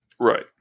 right